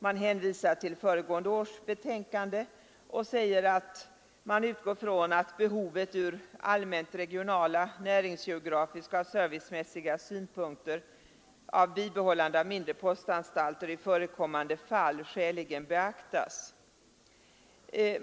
Man hänvisar till föregående års betänkande, där det står att utskottet ”anser sig kunna utgå från att behovet — ur allmänt regionala, näringsgeografiska och servicemässiga synpunkter — av bibehållande av mindre postanstalter i förekommande fall skäligen beaktas”.